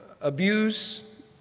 abuse